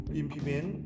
implement